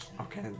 Okay